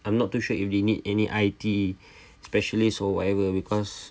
I'm not too sure if they need any I_T specialist or whatever because